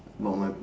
about my